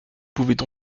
pouvait